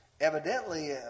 evidently